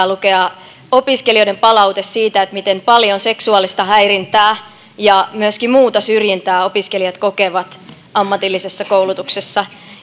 lukea opiskelijoiden palaute siitä miten paljon seksuaalista häirintää ja myöskin muuta syrjintää opiskelijat kokevat ammatillisessa koulutuksessa